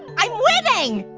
i'm winning!